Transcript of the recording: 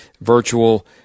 virtual